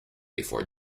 before